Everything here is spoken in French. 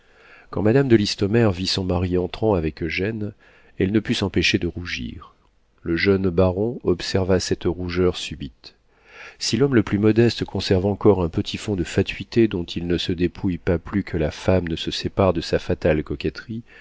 quand madame de listomère vit son mari entrant avec eugène elle ne put s'empêcher de rougir le jeune baron observa cette rougeur subite si l'homme le plus modeste conserve encore un petit fonds de fatuité dont il ne se dépouille pas plus que la femme ne se sépare de sa fatale coquetterie